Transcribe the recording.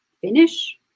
finish